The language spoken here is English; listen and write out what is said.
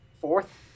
fourth